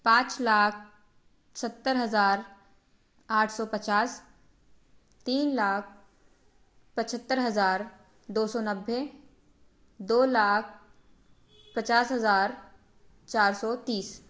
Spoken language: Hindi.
पाँच लाख सत्तर हज़ार आठ सौ पचास तीन लाख पचहत्तर हज़ार दो सौ नब्बे दो लाख पचास हज़ार चार सौ तीस